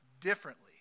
differently